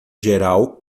geral